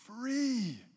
free